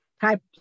type